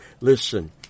Listen